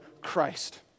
Christ